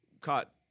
caught